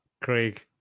Craig